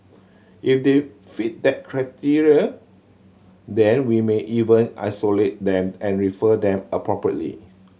if they fit that criteria then we may even isolate them and refer them appropriately